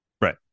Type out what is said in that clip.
Right